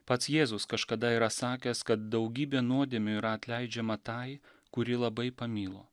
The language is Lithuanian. pats jėzus kažkada yra sakęs kad daugybė nuodėmių yra atleidžiama tai kuri labai pamilo